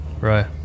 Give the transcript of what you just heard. Right